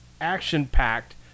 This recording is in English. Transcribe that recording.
action-packed